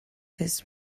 this